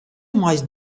meist